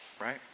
right